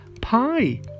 pie